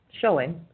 showing